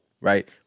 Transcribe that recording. right